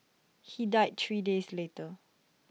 he died three days later